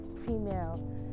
female